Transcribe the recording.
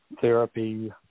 therapy